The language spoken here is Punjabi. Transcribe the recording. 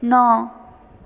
ਨੌ